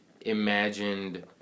imagined